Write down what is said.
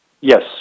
Yes